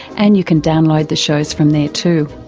and you can download the shows from there too.